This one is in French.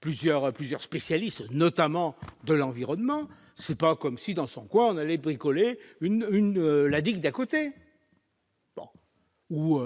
plusieurs spécialistes, notamment de l'environnement, c'est pas comme si dans son coin, on avait bricoler une une la digue d'à côté. Ou